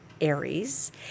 Aries